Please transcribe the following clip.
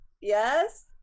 Yes